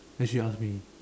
then she ask me